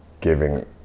giving